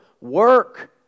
Work